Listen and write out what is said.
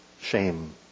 shame